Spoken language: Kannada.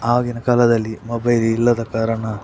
ಆಗಿನ ಕಾಲದಲ್ಲಿ ಮೊಬೈಲ್ ಇಲ್ಲದ ಕಾರಣ